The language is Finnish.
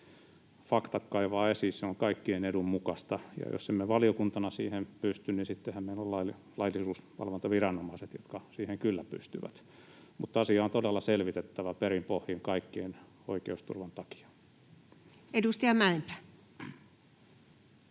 faktat kaivaa esiin. Se on kaikkien edun mukaista. Ja jos emme valiokuntana siihen pysty, niin sittenhän meillä on laillisuusvalvontaviranomaiset, jotka siihen kyllä pystyvät. Mutta asia on todella selvitettävä perin pohjin kaikkien oikeusturvan takia. Edustaja Mäenpää.